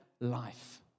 life